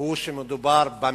הוא שמדובר במתנחלים.